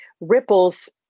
ripples